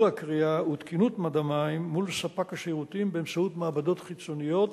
הקריאה ותקינות מד המים מול ספק השירותים באמצעות מעבדות חיצוניות